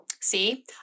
see